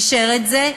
אישר את זה,